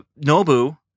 Nobu